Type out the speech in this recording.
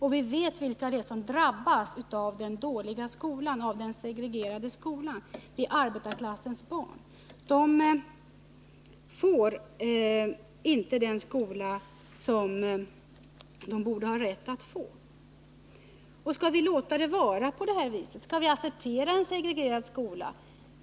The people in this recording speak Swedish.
Vi vet också vilka det är som drabbas av den dåliga, segregerade skolan — arbetarklassens barn. De får inte den skola som de borde ha rätt att få. Skall vi låta det vara på det sättet? Skall vi acceptera en segregerad skola?